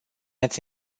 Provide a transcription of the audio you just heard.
ați